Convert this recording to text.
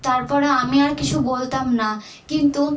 তারপরে আমি আর কিছু বলতাম না কিন্তু